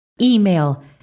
email